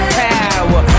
power